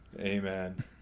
amen